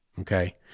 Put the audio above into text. okay